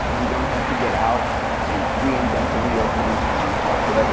and you don't have to get out and reinvent the wheel every time you play.